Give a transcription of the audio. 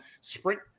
sprint